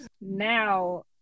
Now